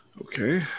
Okay